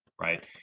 right